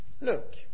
Look